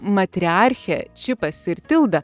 matriarchija čipas ir tilda